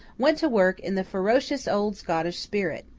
went to work in the ferocious old scottish spirit,